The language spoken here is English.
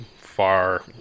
far